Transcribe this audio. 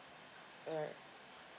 alright